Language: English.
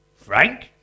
Frank